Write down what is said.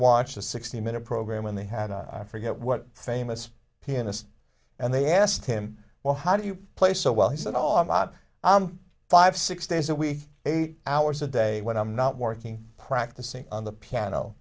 watched a sixty minute program when they had i forget what famous pianist and they asked him well how do you play so well he said on lot five six days a week eight hours a day when i'm not working practicing on the piano